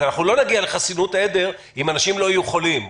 אז אנחנו לא נגיע לחסינות עדר אם אנשים לא יהיו חולים.